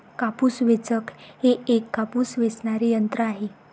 कापूस वेचक हे एक कापूस वेचणारे यंत्र आहे